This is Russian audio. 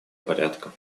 порядка